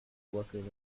workers